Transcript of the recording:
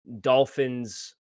Dolphins